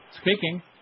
Speaking